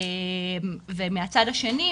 ומהצד השני,